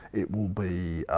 it will be,